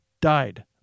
died